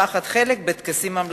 לקחת חלק בטקסים הממלכתיים.